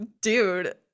dude